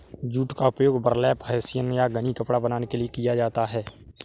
jute का उपयोग burlap hessian या गनी कपड़ा बनाने के लिए किया जाता है